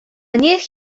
niech